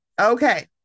Okay